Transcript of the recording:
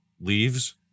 leaves